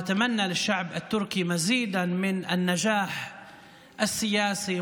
אנחנו מאחלים לעם הטורקי המשך הצלחה פוליטית,